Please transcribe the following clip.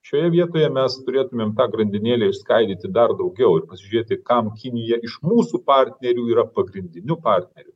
šioje vietoje mes turėtumėm tą grandinėlę išskaidyti dar daugiau ir pasižiūrėti kam kinija iš mūsų partnerių yra pagrindiniu partneriu